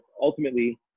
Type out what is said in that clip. ultimately